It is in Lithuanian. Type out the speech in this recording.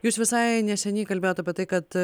jūs visai neseniai kalbėjot apie tai kad